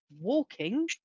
walking